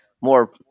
more